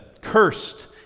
Cursed